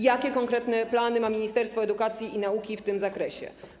Jakie konkretne plany ma Ministerstwo Edukacji i Nauki w tym zakresie?